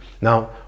Now